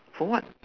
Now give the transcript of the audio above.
for what